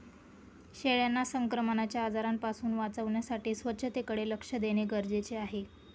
शेळ्यांना संक्रमणाच्या आजारांपासून वाचवण्यासाठी स्वच्छतेकडे लक्ष देणे गरजेचे आहे